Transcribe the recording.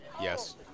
Yes